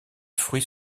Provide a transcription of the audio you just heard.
fruits